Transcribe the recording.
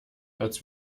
als